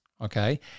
okay